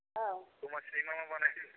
एबार लेंहरबाय फैदो